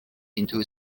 into